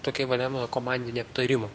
tokį vadinamą komandinį aptarimą